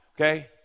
Okay